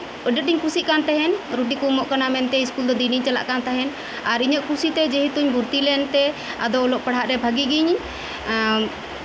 ᱟᱹᱰᱤ ᱟᱸᱴᱤᱧ ᱠᱩᱥᱤᱜ ᱠᱟᱱ ᱛᱟᱦᱮᱱ ᱨᱩᱴᱤ ᱠᱚ ᱮᱢᱚᱜ ᱠᱟᱱᱟ ᱢᱮᱱᱛᱮ ᱤᱥᱠᱩᱞ ᱫᱚ ᱫᱤᱱᱤᱧ ᱪᱟᱞᱟᱜ ᱠᱟᱱ ᱛᱟᱦᱮᱱ ᱟᱨ ᱤᱧᱟᱹᱜ ᱠᱩᱥᱤ ᱛᱮ ᱡᱮᱦᱮᱛᱩᱧ ᱵᱷᱩᱛᱛᱤ ᱞᱮᱱᱛᱮ ᱟᱫᱚ ᱚᱞᱚᱜ ᱯᱟᱲᱦᱟᱜ ᱨᱮ ᱵᱷᱟᱹᱜᱤ ᱜᱤᱧ